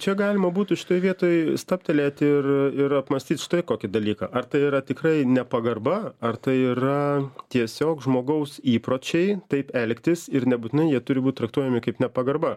čia galima būtų šitoj vietoj stabtelėti ir ir apmąstyt štai kokį dalyką ar tai yra tikrai nepagarba ar tai yra tiesiog žmogaus įpročiai taip elgtis ir nebūtinai jie turi būt traktuojami kaip nepagarba